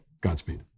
Godspeed